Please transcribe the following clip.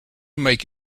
make